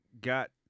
got